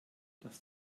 das